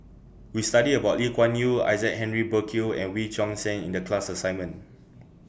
We studied about Lee Kuan Yew Isaac Henry Burkill and Wee Choon Seng in The class assignment